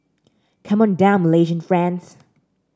come on down Malaysian friends